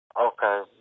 Okay